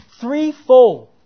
threefold